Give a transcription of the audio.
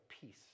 peace